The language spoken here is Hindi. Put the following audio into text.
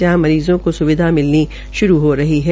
जहां मरीजों को सुविधा मिलनी श्रू हो रही है